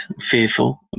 fearful